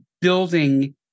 building